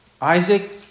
Isaac